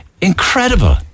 incredible